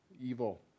evil